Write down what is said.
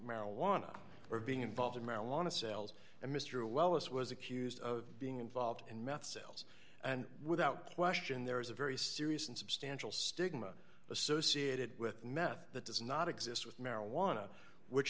marijuana or being involved in marijuana sales and mr well this was accused of being involved in meth sales and without question there is a very serious and substantial stigma associated with meth that does not exist with marijuana which